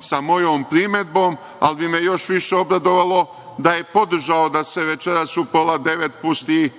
sa mojom primedbom, ali bi me još više obradovalo da je podržao da se večeras u pola devet pusti